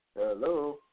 Hello